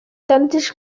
tantes